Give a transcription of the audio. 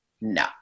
no